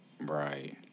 Right